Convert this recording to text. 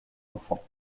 enfants